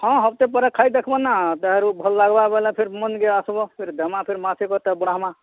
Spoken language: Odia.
ହଁ ହପ୍ତେ ପରେ ଖାଇ ଦେଖ୍ମା ନା ତେହରୁ ଭଲ୍ ଲାଗ୍ମ ବୋଲେ ଫିର୍ ମୋର୍ ନିକେ ଆସବ୍ ଫିର୍ ଦେମା ପୁଣି ମାସେ ବଢ଼ାମା